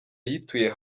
yituye